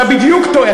אתה בדיוק טועה.